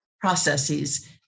processes